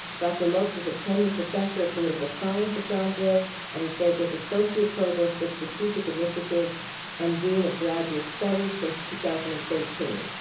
dr. lopes is a tenured professor of political science at john jay and has served as associate provost for strategic initiatives and dean of graduate studies since two thousand and thirteen.